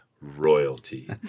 royalty